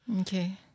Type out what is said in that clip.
Okay